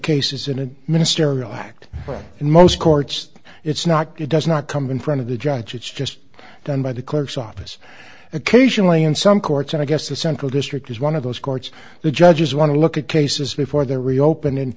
case is in an ministerial act well in most courts it's not does not come in front of the judge it's just done by the clerk's office occasionally in some courts and i guess the central district is one of those courts the judges want to look at cases before they're reopening and